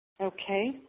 Okay